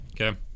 Okay